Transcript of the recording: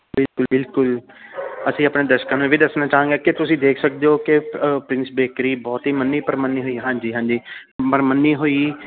ਬਿਲਕੁਲ ਬਿਲਕੁਲ ਅਸੀਂ ਆਪਣੇ ਦਰਸ਼ਕਾਂ ਨੂੰ ਇਹ ਵੀ ਦੱਸਣਾ ਚਾਹਾਂਗੇ ਕਿ ਤੁਸੀਂ ਦੇਖ ਸਕਦੇ ਹੋ ਕਿ ਪ੍ਰਿੰਸ ਬੇਕਰੀ ਬਹੁਤ ਹੀ ਮੰਨੀ ਪ੍ਰਮੰਨੀ ਹੋਈ ਹਾਂਜੀ ਹਾਂਜੀ ਪ੍ਰਮੰਨੀ ਹੋਈ